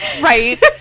Right